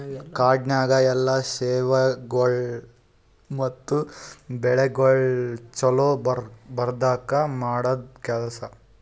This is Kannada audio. ಕಾಡನ್ಯಾಗ ಎಲ್ಲಾ ಸೇವೆಗೊಳ್ ಮತ್ತ ಬೆಳಿಗೊಳ್ ಛಲೋ ಬರದ್ಕ ಮಾಡದ್ ಕೆಲಸ